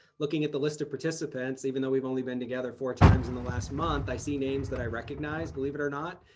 looking at the list of participants even though we've only been together four times in the last month, i see names that i recognize, believe it or not.